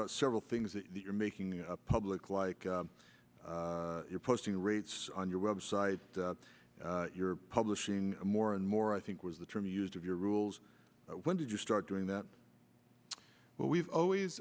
about several things that you're making the public like your posting rates on your website you're publishing more and more i think was the term used of your rules when did you start doing that but we've always